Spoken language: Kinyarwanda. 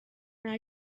nta